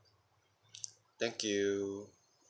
thank you